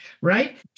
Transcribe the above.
right